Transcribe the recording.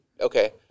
Okay